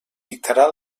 dictarà